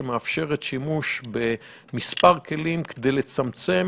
שמאפשרת שימוש במספר כלים כדי לצמצם